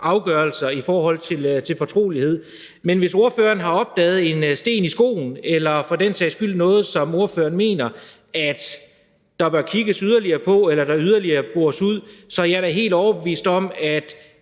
afgørelser om fortrolighed. Men hvis ordføreren har opdaget en sten i skoen eller for den sags skyld noget, som ordføreren mener at der bør kigges yderligere på eller der yderligere bør bores ud, så er jeg da helt overbevist om, at